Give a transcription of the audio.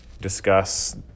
discuss